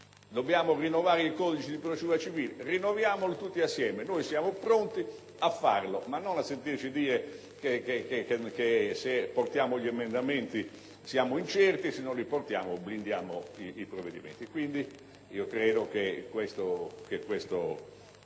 dobbiamo rinnovare il codice di procedura civile, procediamo tutti insieme. Noi siamo pronti a farlo, ma non a sentirci dire che, se portiamo emendamenti, siamo incerti o che, se non li portiamo, blindiamo i provvedimenti. Ritengo pertanto che il testo